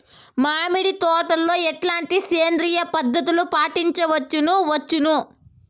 మామిడి తోటలో ఎట్లాంటి సేంద్రియ పద్ధతులు పాటించవచ్చును వచ్చును?